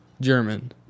German